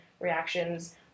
reactions